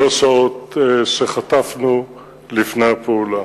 שלוש שעות שחטפנו לפני הפעולה.